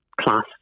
class